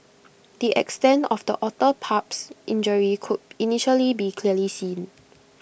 the extent of the otter pup's injury could initially be clearly seen